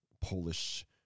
Polish